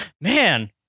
man